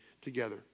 together